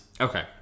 Okay